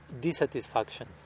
dissatisfaction